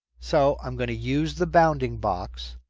so, i'm going to use the bounding box.